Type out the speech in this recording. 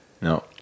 no